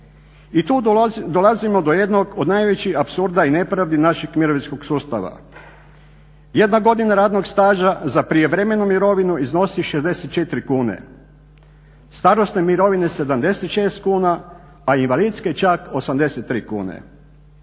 I tu dolazimo do jednog od najvećih apsurda i nepravdi našeg mirovinskog sustava. Jedna godina radnog staža za prijevremenu mirovinu iznosi 64 kune, starosne mirovine 66 kuna a invalidske čak 83 kune.